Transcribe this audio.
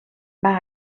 van